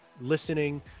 listening